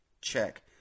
check